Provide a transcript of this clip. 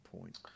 point